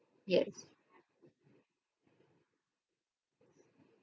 yes